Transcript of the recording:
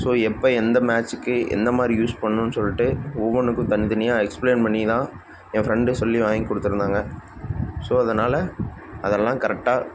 so எப்போ எந்த மேட்ச்சுக்கு எந்த மாதிரி யூஸ் பண்ணணுன் சொல்லிட்டு ஒவ்வொன்றுக்கும் தனித்தனியாக எக்ஸ்ப்ளைன் பண்ணி தான் என் ஃப்ரெண்டு சொல்லி வாங்கி கொடுத்துருந்தாங்க ஸோ அதனால் அதெல்லாம் கரெக்டாக